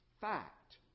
fact